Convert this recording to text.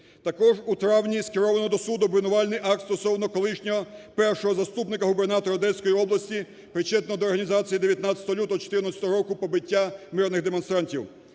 Також у травні скеровано до суду обвинувальний акт стосовно колишнього першого заступника губернатора одеської області, причетного до організації 19 лютого 2014 року побиття мирних демонстрантів.